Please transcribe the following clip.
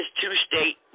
two-state